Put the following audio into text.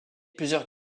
plusieurs